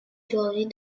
théorie